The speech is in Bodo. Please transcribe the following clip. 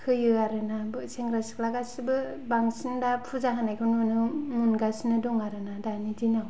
होयो आरोना सेंग्रा सिख्ला गासिबो बांसिन दा फुजा होनायखौ नुनो मोनगासिनो दङ दानि दिनाव